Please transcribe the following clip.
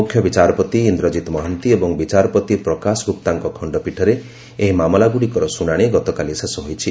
ମୁଖ୍ୟବିଚାରପତି ଇନ୍ଦ୍ରକିତ ମହାନ୍ତି ଏବଂ ବିଚାରପତି ପ୍ରକାଶ ଗୁପ୍ତାଙ୍କ ଖଣ୍ଡପୀଠରେ ଏହି ମାମଲାଗୁଡ଼ିକର ଶୁଣାଣି ଗତକାଲି ଶେଷ ହୋଇଛି